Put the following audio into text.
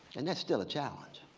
and that's still a challenge.